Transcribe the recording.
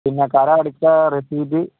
പിന്നെ കരം അടച്ച രസീത്